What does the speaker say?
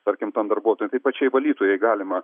tarkim tam darbuotojui tai pačiai valytojai jai galima